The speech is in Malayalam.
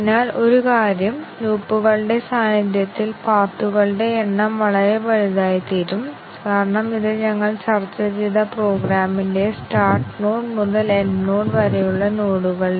അതിനാൽ ഇവയാണ് ഷോർട്ട് സർക്യൂട്ട് വിലയിരുത്തൽ കംപൈലറുകൾ സ്വീകരിച്ച ചില ഷോർട്ട് സർക്യൂട്ട് മൂല്യനിർണ്ണയ വിദ്യകൾ